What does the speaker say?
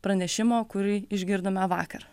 pranešimo kurį išgirdome vakar